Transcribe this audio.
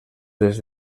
des